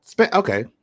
Okay